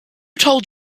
told